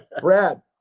Brad